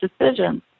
decisions